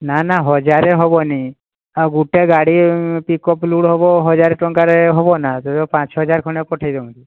ନ ନା ହଜାରେ ହବନି ଆଉ ଗୋଟେ ଗାଡ଼ି ପିକ୍ଅପ୍ ଲୋଡ଼୍ ହେବ ହଜାର ଟଙ୍କାରେ ହେବନା ସିଏ ପାଞ୍ଚ ଛଅ ହଜାର ଖଣ୍ଡେ ପଠାଇ ଦିଅନ୍ତୁ